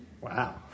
Wow